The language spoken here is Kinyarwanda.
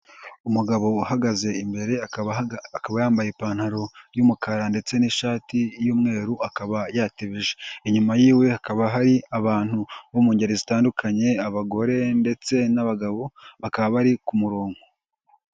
Umugabo uhagaze imbere akaba yambaye ipantaro y'umukara ndetse n'ishati y'umweru akaba yatebeje. Inyuma yiwe hakaba hari abantu bo mu ngeri zitandukanye, abagore ndetse n'abagabo, bakaba bari ku murongo.